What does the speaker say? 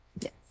Yes